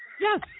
Yes